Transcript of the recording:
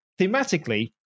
thematically